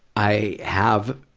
i have,